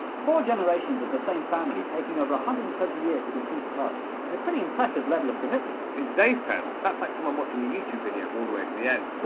four generations of the same family taking over one hundred and twenty years to complete a task is a pretty impressive level of commitment. in today's terms, that's like someone watching a youtube video all the way to the end.